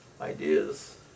Ideas